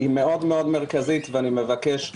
היא מאוד מרכזית ואני מבקש,